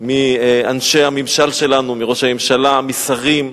מאנשי הממשל שלנו, מראש הממשלה, משרים,